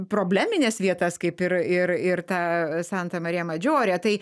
problemines vietas kaip ir ir ir tą santa marija madžiore tai